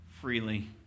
freely